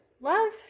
love